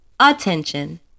Attention